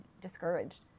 discouraged